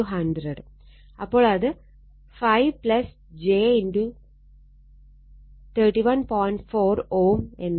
4 Ω എന്നാവും